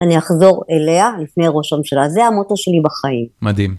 אני אחזור אליה לפני ראש הממשלה. זה המוטו שלי בחיים. מדהים.